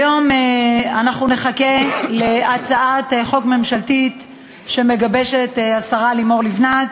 היום אנחנו נחכה להצעת חוק ממשלתית שמגבשת השרה לימור לבנת,